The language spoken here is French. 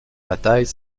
bataille